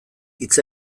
hitz